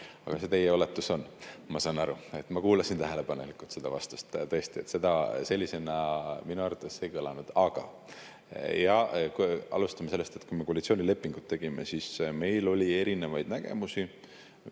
aga see on teie oletus, ma saan aru. Ma kuulasin tähelepanelikult seda vastust, tõesti. Sellisena minu arvates see ei kõlanud. Alustame sellest, et kui me koalitsioonilepingut tegime, siis meil oli erinevaid nägemusi